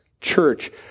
church